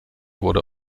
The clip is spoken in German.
wurde